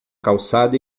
calçada